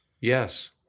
Yes